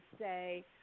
say